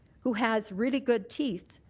who has really good teeth,